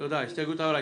בלי דיון?